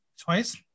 Twice